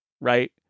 right